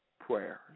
prayers